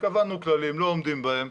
קבענו כללים, לא עומדים בהם.